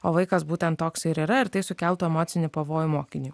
o vaikas būtent toks ir yra ir tai sukeltų emocinį pavojų mokiniui